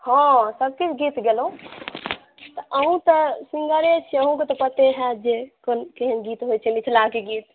हँ सभ चीज गीत गेलहुँ अहुँ तऽ सिन्गरे छी अहुँके तऽ पते होयत कोन केहन गीत होइ छै मिथिलाके गीत